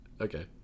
Okay